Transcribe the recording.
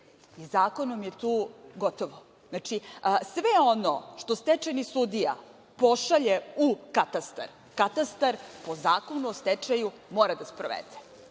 i zakonom je tu gotovo. Znači, sve ono što stečajni sudija pošalje u katastar, katastar po Zakonu o stečaju mora da sprovede.